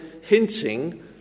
hinting